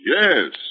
Yes